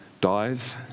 dies